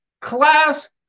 Class